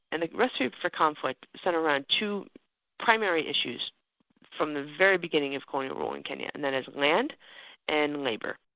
and the recipe for conflict set around two primary issues from the very beginning of colonial rule in kenya, and that is land and labour.